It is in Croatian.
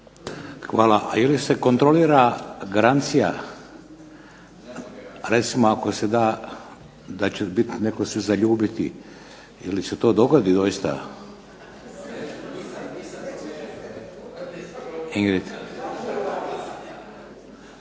Hvala. Je li se kontrolira garancija, recimo ako se da da će se netko zaljubiti, je li se to dogodi doista? Jer